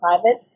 private